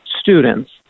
students